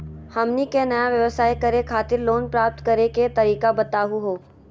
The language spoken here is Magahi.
हमनी के नया व्यवसाय करै खातिर लोन प्राप्त करै के तरीका बताहु हो?